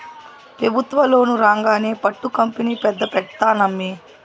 పెబుత్వ లోను రాంగానే పట్టు కంపెనీ పెద్ద పెడ్తానమ్మీ